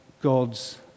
God's